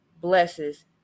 blesses